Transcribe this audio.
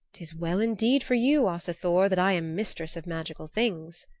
tis well indeed for you, asa thor, that i am mistress of magical things.